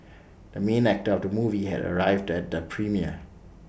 the main actor of the movie has arrived at the premiere